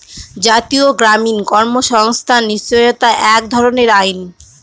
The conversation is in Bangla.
জাতীয় গ্রামীণ কর্মসংস্থান নিশ্চয়তা এক ধরনের আইন